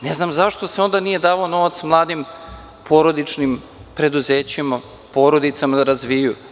Ne znam zašto se onda nije davao novac mladim, porodičnim preduzećima, porodicama da razvijaju?